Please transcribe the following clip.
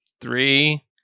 Three